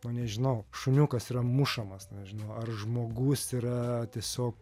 nu nežinau šuniukas yra mušamas nežinau ar žmogus yra tiesiog